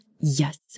Yes